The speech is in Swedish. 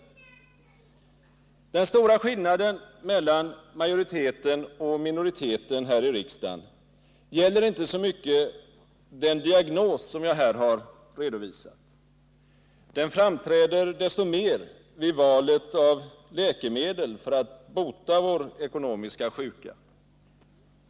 Den stora skillnaden mellan majoriteten och minoriteten här i riksdagen gäller inte så mycket den diagnos som jag här har redovisat. Den framträder desto mer vid valet av läkemedel för att bota vår ekonomiska sjuka.